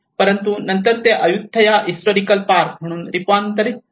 परंतु नंतर ते अय्युथय़ा हिस्टॉरिकल पार्क म्हणून रूपांतर केले गेले